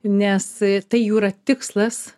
nes tai jų yra tikslas